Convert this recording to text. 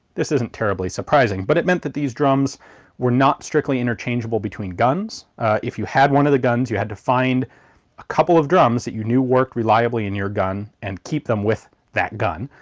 this isn't terribly surprising. but it meant that these drums were not strictly interchangeable between guns if you had one of the guns you had to find a couple of drums that you knew work reliably in your gun and keep them with that gun.